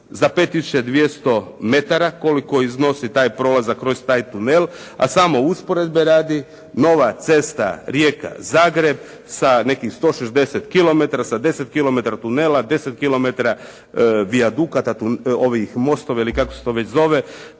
za 5200 metara koliko iznosi taj prolazak kroz taj tunel, a samo usporedbe radi nova cesta Rijeka-Zagreb sa nekih 160 kilometara, sa 10 kilometara tunela, 10 kilometara vijadukata, ovih mostova ili kako se to već zove,